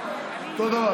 תודה.